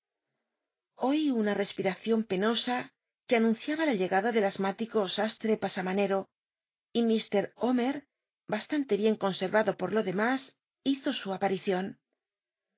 oi una respira ion penosa que anunciaba la llegada del asm itico sastre pasaniancro y mt omer bastante bien conservado por lo demas hizo su aparicion